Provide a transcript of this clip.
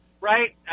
Right